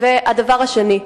הדבר השני,